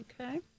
Okay